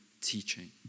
teaching